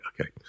okay